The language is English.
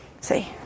See